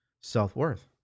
Self-worth